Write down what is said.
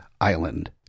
Island